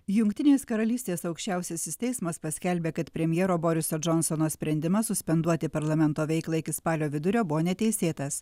jungtinės karalystės aukščiausiasis teismas paskelbė kad premjero boriso džonsono sprendimas suspenduoti parlamento veiklą iki spalio vidurio buvo neteisėtas